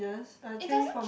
yes a change from